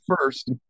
first